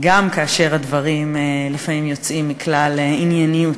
גם כאשר הדברים לפעמים יוצאים מכלל ענייניות.